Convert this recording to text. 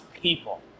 people